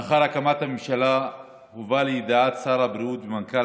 לאחר הקמת הממשלה הובא לידיעת שר הבריאות ומנכ"ל